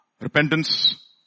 Repentance